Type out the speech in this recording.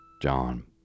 John